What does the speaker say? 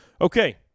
Okay